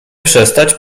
przestać